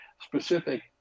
specific